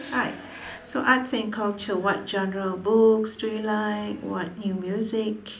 alright so arts and culture what genres of books do you like what new music